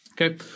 Okay